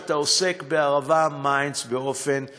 שאתה עוסק ב"ערבה מיינס" באופן אישי.